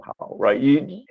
right